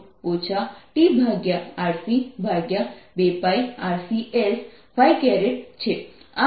તેથી BI 0Q0e tRC2πRC s છે આ પ્રવાહ I વહેવાને કારણે છે